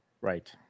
Right